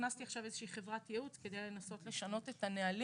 הכנסתי עכשיו איזו חברת ייעוץ כדי לנסות לשנות את הנהלים.